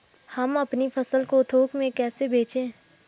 हम अपनी फसल को थोक में कैसे बेचें?